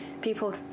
people